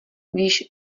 víš